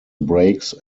brakes